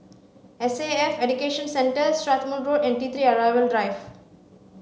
S A F Education Centre Strathmore Road and T three Arrival Drive